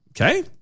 Okay